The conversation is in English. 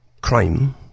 Crime